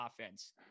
offense